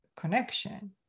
connection